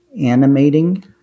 animating